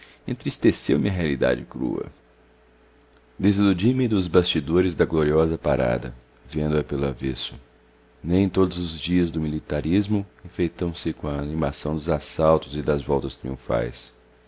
entristeceu me a realidade crua desiludi me dos bastidores da gloriosa parada vendo-a pelo avesso nem todos os dias do militarismo enfeitam se com a animação dos assaltos e das voltas